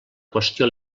qüestió